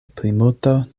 plimulto